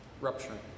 rupturing